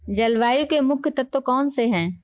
जलवायु के मुख्य तत्व कौनसे हैं?